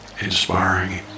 inspiring